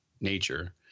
nature